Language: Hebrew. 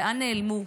לאן הם נעלמו?